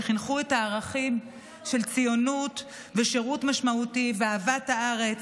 שחינכו לערכים של ציונות ושירות משמעותי ואהבת הארץ.